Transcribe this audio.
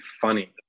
funny